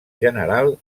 general